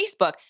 Facebook—